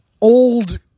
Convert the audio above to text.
old